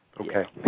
Okay